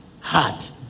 Heart